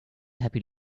happy